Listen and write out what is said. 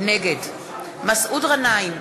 נגד מסעוד גנאים,